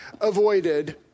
avoided